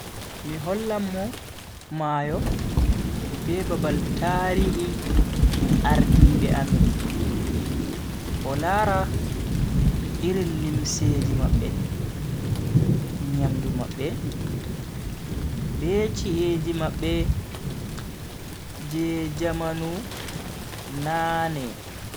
Mi hollan mo mayo be babal tarihi ardibe amin o lara irin limseji mabbe, nyamdu mabbe be chi'eji mabbe je jamanu nane.